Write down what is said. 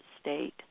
state